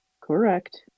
Correct